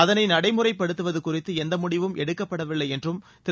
அதனை நடைமுறைப்படுத்துவது குறித்து எந்த முடிவும் எடுக்கப்படவில்லை என்றும் திரு